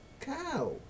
cow